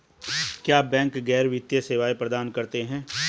क्या बैंक गैर वित्तीय सेवाएं प्रदान करते हैं?